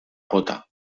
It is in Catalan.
gota